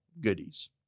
goodies